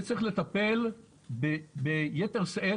וצריך לטפל ביתר שאת